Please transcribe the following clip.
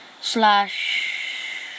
Slash